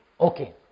Okay